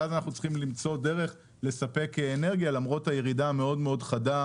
ואז אנחנו צריכים למצוא דרך לספק אנרגיה למרות הירידה המאוד חדה